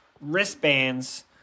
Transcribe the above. wristbands